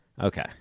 Okay